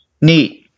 Neat